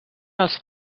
els